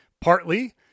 Partly